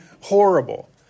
horrible